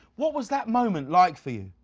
what was that moment like for you?